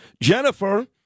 Jennifer